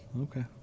Okay